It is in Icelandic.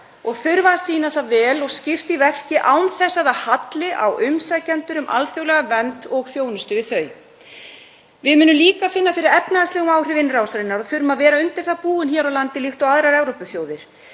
og þurfa að sýna það vel og skýrt í verki án þess að það halli á umsækjendur um alþjóðlega vernd og þjónustu við þau. Við munum líka finna fyrir efnahagslegum áhrif innrásarinnar og þurfum að vera undir það búin hér á landi líkt og aðrar Evrópuþjóðir.